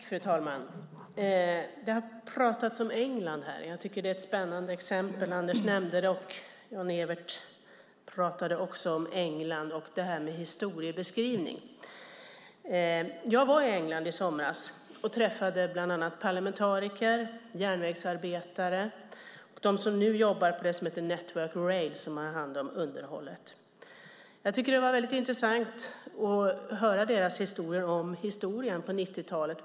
Fru talman! Det har pratats om England här. Det är ett spännande exempel. Anders nämnde det, och Jan-Evert pratade också om England och det här med historiebeskrivning. Jag var i England i somras och träffade bland andra parlamentariker, järnvägsarbetare och de som nu jobbar på det som heter Network Rail, som har hand om underhållet. Det var väldigt intressant att höra deras historier om historien på 90-talet.